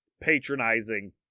patronizing